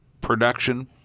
production